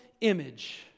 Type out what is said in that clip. Image